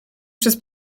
przez